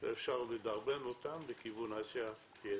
ואפשר לדרבן אותן לכיוון עשיית יתר.